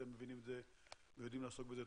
אבל,